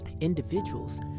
Individuals